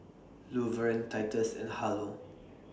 Luverne Titus and Harlow